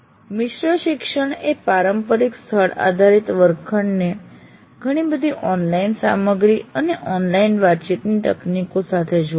મિશ્ર શિક્ષણ એ પારંપરિક સ્થળ આધારિત વર્ગખંડને ઘણી બધી ઓનલાઈન સામગ્રી અને ઓનલાઇન વાતચીતની તકો સાથે જોડે છે